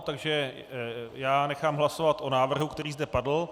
Takže já nechám hlasovat o návrhu, který zde padl.